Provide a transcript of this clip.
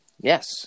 Yes